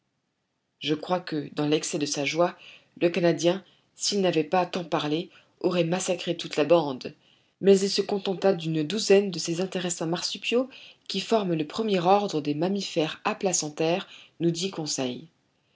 je crois que dans l'excès de sa joie le canadien s'il n'avait pas tant parlé aurait massacré toute la bande mais il se contenta d'une douzaine de ces intéressants marsupiaux qui forment le premier ordre des mammifères aplacentaires nous dit conseil